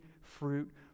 fruit